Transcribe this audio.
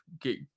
get